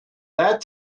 that